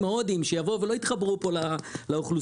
הודים שיבואו ולא יתחברו פה לאוכלוסייה,